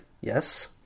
yes